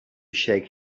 shake